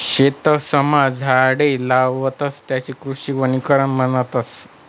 शेतसमा झाडे लावतस त्याले कृषी वनीकरण म्हणतस